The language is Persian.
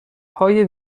های